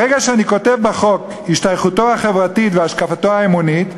ברגע שאני כותב בחוק: "השתייכותו החברתית והשקפתו האמונית",